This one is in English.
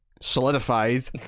solidified